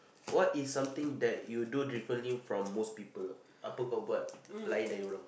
what is something that you do differently from most people